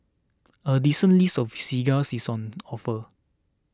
a decent list of cigars is on offer